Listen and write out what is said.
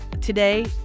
today